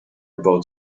about